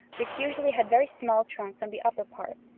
which usually had very small trunks on the upper part,